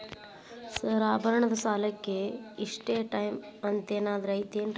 Sir ಆಭರಣದ ಸಾಲಕ್ಕೆ ಇಷ್ಟೇ ಟೈಮ್ ಅಂತೆನಾದ್ರಿ ಐತೇನ್ರೇ?